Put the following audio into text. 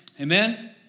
Amen